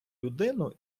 людину